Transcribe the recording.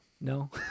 no